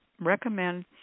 recommend